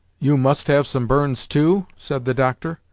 you must have some burns too said the doctor,